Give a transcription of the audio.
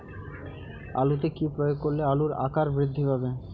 আলুতে কি প্রয়োগ করলে আলুর আকার বৃদ্ধি পাবে?